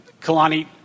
Kalani